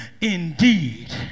indeed